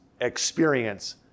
experience